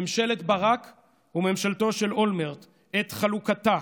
ממשלת ברק וממשלתו של אולמרט, את חלוקתה,